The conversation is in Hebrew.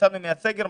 כשיצאנו מהסגר,